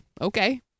okay